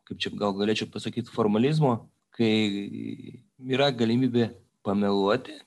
kaip čia gal galėčiau pasakyt formalizmo kai yra galimybė pameluoti